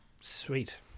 sweet